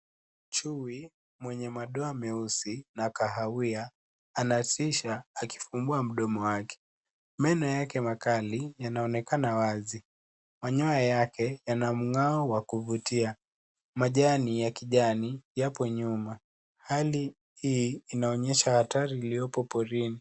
Chui mwenye madoa meusi na kahawia anatisha akifungua mdomo wake. Meno yake makali yanaonekana wazi. Manyoya yake yana mng'ao wa kuvutia. Majani ya kijani yapo nyuma. Hali hii inaonyesha hatari iliyopo porini.